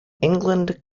england